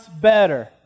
better